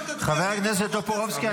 חבר הכנסת טופורובסקי.